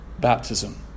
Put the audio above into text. Baptism